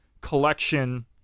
collection